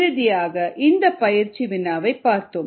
இறுதியாக இந்த பயிற்சி வினாவை பார்த்தோம்